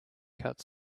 cut